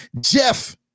jeff